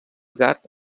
gard